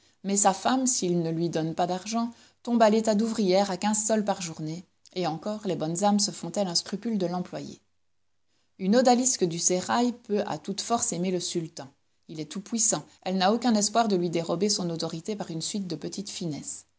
mais sa femme s'il ne lui donne pas d'argent tombe à l'état d'ouvrière à quinze sols par journée et encore les bonnes âmes se font-elles un scrupule de l'employer une odalisque du sérail peut à toute force aimer le sultan il est tout-puissant elle n'a aucun espoir de lui dérober son autorité par une suite de petites finesses